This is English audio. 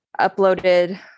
uploaded